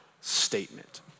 statement